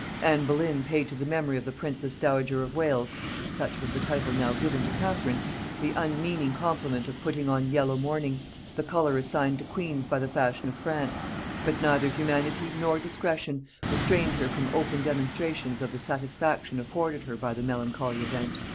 anne boleyn paid to the memory of the princess-dowager of wales such was the title now given to catherine the unmeaning compliment of putting on yellow mourning the color assigned to queens by the fashion of france but neither humanity nor discretion restrained her from open demonstrations of the satisfaction afforded her by the melancholy event.